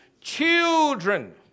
children